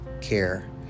care